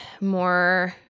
more